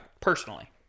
personally